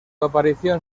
aparición